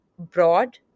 broad